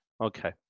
Okay